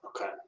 okay